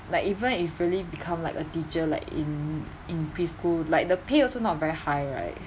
like even if really become like a teacher like in in preschool like the pay also not very high right